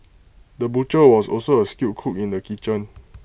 the butcher was also A skilled cook in the kitchen